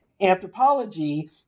anthropology